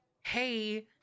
hey